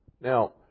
Now